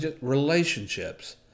relationships